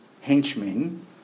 henchmen